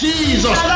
Jesus